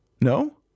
No